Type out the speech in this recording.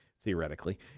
theoretically